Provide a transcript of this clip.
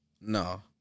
No